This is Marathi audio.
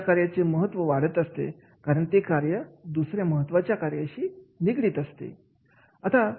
अशा कार्याचे महत्त्व वाढत असते कारण ते कार्य दुसऱ्या महत्त्वाच्या कार्यशी निगडित असते